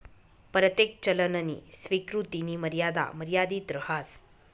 परतेक चलननी स्वीकृतीनी मर्यादा मर्यादित रहास